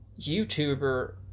YouTuber